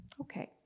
Okay